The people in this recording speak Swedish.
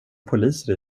poliser